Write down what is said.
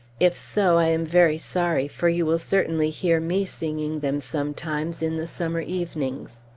if so, i am very sorry, for you will certainly hear me singing them sometimes, in the summer evenings.